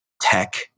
tech